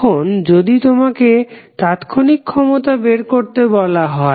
এখন যদি তোমাকে তাৎক্ষণিক ক্ষমতা বের করতে বলা হয়